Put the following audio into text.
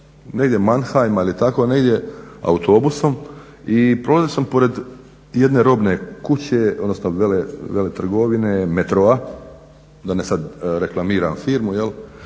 negdje Manheima ili tako negdje autobusom i prolazio sam pored jedne robne kuće, odnosno veletrgovine metroa da sad ne reklamiram firmu jel'